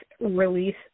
release